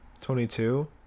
Twenty-two